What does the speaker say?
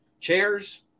chairs